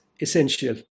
essential